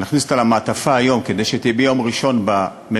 להכניס אותה למעטפה היום כדי שתעלה ביום ראשון בממשלה,